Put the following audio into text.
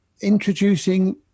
introducing